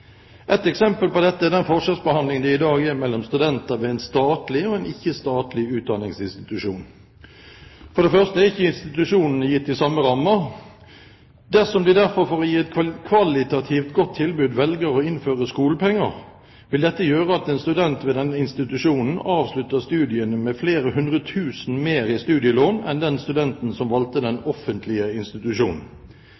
et kvalitativt godt tilbud, velger å innføre skolepenger, vil dette gjøre at en student ved den institusjonen avslutter studiene med flere hundre tusen mer i studielån enn den studenten som valgte den